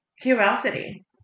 Curiosity